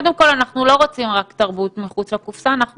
אני גם לא רוצה להגיע למקום שהם צריכים לצאת להפגין.